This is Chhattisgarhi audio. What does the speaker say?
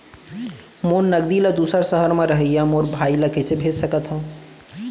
मोर नगदी ला दूसर सहर म रहइया मोर भाई ला कइसे भेज सकत हव?